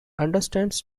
understands